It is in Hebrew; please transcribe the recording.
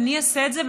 אלא אני אעשה את זה,